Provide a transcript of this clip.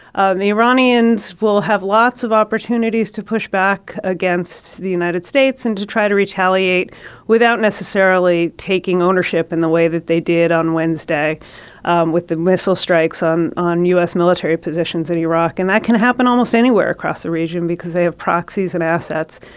and the iranians will have lots of opportunities to push back against the united states and to try to retaliate without necessarily taking ownership in the way that they did on wednesday um with the missile strikes on on u s. military positions in iraq. and that can happen almost anywhere across the region because they have proxies and assets.